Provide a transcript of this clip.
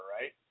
right